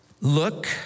Look